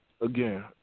Again